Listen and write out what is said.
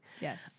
Yes